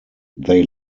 they